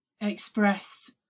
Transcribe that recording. express